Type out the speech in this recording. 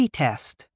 test